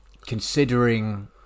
considering